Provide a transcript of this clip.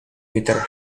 guitar